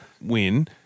win –